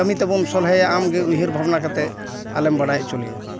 ᱠᱟᱹᱢᱤ ᱛᱮᱵᱚᱢ ᱥᱚᱞᱦᱮᱭᱟ ᱟᱢᱜᱮ ᱩᱭᱦᱟᱹᱨ ᱵᱷᱟᱵᱽᱱᱟ ᱠᱟᱛᱮ ᱟᱞᱮᱢ ᱵᱟᱰᱟᱭ ᱚᱪᱚ ᱞᱮᱭᱟ